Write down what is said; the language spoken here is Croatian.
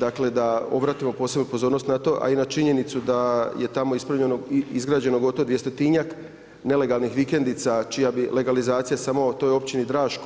Dakle, da obratimo posebnu pozornost na to, a i na činjenicu, da je tamo izgrađeno gotovo 200-tinjak nelegalnih vikendica, čija bi legalizacija samo toj općini Draž,